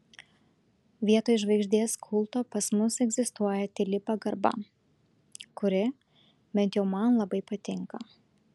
vietoj žvaigždės kulto pas mus egzistuoja tyli pagarba kuri bent jau man labai patinka